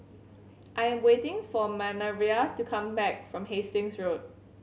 I am waiting for Manervia to come back from Hastings Road